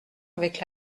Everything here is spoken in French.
avec